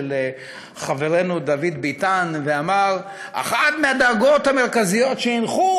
של חברנו דוד ביטן ואמר: אחת מהדאגות המרכזיות שהנחו